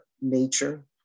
nature